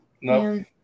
No